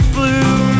Blue